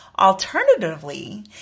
Alternatively